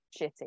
shitty